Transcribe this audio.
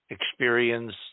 experience